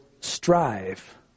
strive